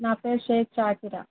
నా పేరు షేక్ షాకిరా